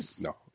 no